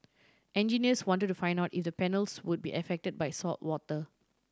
engineers wanted to find out if the panels would be affected by saltwater